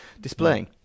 displaying